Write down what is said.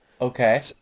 Okay